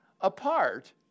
apart